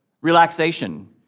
relaxation